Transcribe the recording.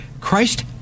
Christ